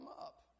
up